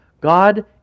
God